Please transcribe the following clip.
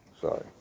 Sorry